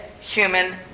human